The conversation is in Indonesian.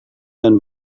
dan